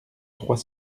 trois